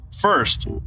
first